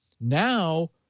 Now